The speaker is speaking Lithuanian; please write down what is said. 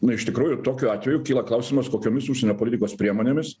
na iš tikrųjų tokiu atveju kyla klausimas kokiomis užsienio politikos priemonėmis